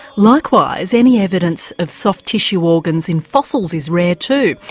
likewise, any evidence of soft tissue organs in fossils is rare too,